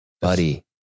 Buddy